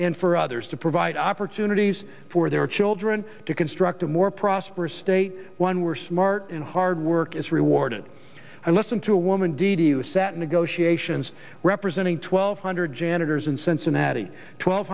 and for others to provide opportunities for their children to construct a more prosperous state one were smart and hard work is rewarded and listen to a woman d d s that negotiations representing twelve hundred janitors in cincinnati twelve